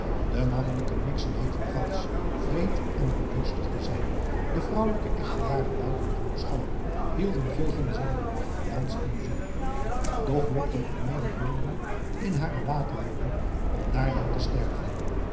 de mannelijke nixen heetten valsch wreed en bloeddorstig te zijn de vrouwelijke echter waren buitengewoon schoon hielden veel van zang dans en muziek doch lokten ook menigen jongeling in hare waterwoning om daar dan te sterven